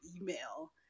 email